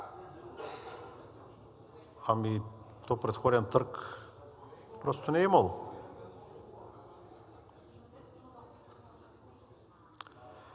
Ами то предходен търг просто не е имало.